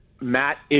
Matt